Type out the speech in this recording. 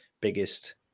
biggest